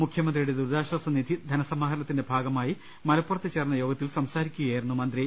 മുഖ്യമന്ത്രിയുടെ ദുരിതാശ്വാസനിധി ധനസമാഹരണ ത്തിന്റെ ഭാഗമായി മലപ്പുറത്ത് ചേർന്ന യോഗത്തിൽ സംസാരിക്കുകയായിരുന്നു അദ്ദേഹം